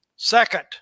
Second